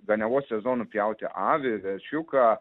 ganiavos sezonu pjauti avį veršiuką